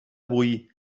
boí